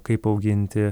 kaip auginti